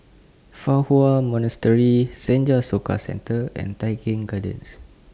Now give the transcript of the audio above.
Fa Hua Monastery Senja Soka Centre and Tai Keng Gardens